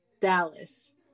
dallas